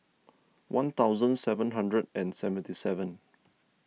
one thousand seven hundred and seventy seven